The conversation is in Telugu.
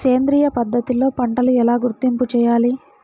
సేంద్రియ పద్ధతిలో పంటలు ఎలా గుర్తింపు చేయాలి?